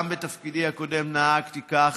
גם בתפקידי הקודם נהגתי כך,